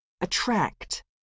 Attract